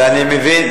איזה מצוקה אתה מבין?